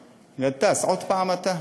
חשבון, גטאס, עוד פעם אתה?